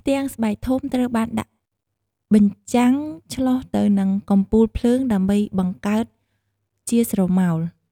ផ្ទាំងស្បែកធំ ត្រូវបានដាក់បញ្ចាំងធ្លុះទៅនឹងកំពូលភ្លើងដើម្បីបង្កើតជាស្រមោល។